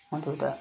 ꯃꯗꯨꯗ